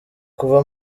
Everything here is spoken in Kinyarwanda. kuva